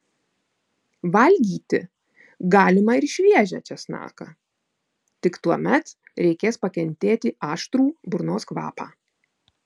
valgyti galima ir šviežią česnaką tik tuomet reikės pakentėti aštrų burnos kvapą